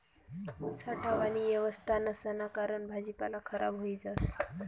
साठावानी येवस्था नसाना कारण भाजीपाला खराब व्हयी जास